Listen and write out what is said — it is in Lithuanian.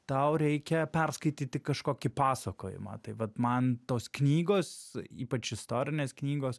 tau reikia perskaityti kažkokį pasakojimą tai vat man tos knygos ypač istorinės knygos